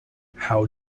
how